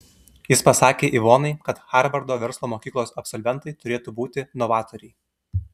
jis pasakė ivonai kad harvardo verslo mokyklos absolventai turėtų būti novatoriai